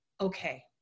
okay